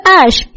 ash